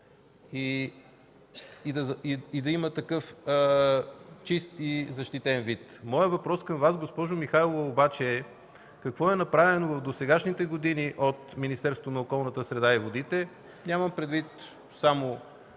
и да има такъв чист и защитен вид. Моят въпрос към Вас, госпожо Михайлова, обаче е: какво е направено в досегашните години от Министерството на околната среда и водите – нямам предвид само